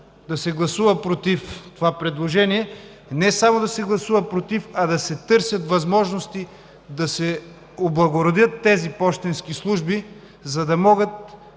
да се гласува против това предложение. Не само да се гласува против, а да се търсят възможности да се облагородят тези пощенски служби, за да могат